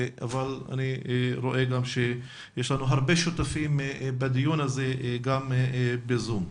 אבל אני רואה גם שיש לנו הרבה שותפים בדיון הזה גם בזום.